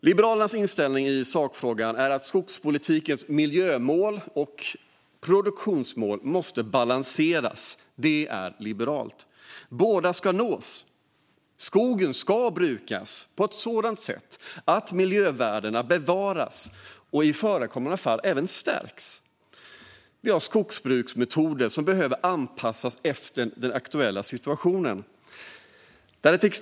Liberalernas inställning i sakfrågan är att skogspolitikens miljömål och produktionsmål måste balanseras. Det är liberalt. Båda ska nås. Skogen ska brukas på ett sådant sätt att miljövärdena bevaras och i förekommande fall även stärks. Vi har skogsbruksmetoder som behöver anpassas efter den aktuella situationen.